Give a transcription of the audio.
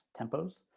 tempos